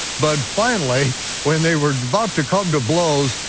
but finally when they were about to come to blows,